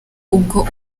ubwo